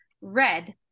Red